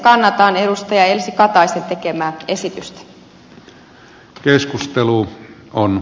kannatan edustaja elsi kataisen tekemää esitystä